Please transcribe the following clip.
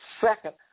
second